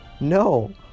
No